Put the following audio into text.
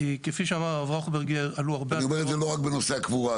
כפי שאמר הרב ראוכברגר- -- אני לא אומר את זה רק בנושא הקבורה,